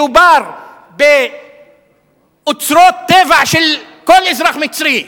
מדובר באוצרות טבע של כל אזרח מצרי,